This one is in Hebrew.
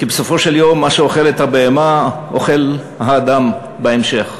כי בסופו של יום מה שאוכלת הבהמה אוכל האדם בהמשך,